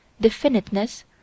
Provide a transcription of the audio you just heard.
definiteness